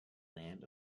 land